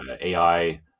AI